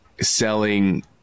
selling